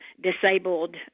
disabled